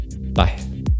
bye